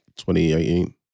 2018